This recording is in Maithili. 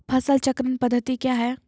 फसल चक्रण पद्धति क्या हैं?